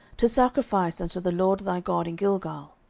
to sacrifice unto the lord thy god in gilgal.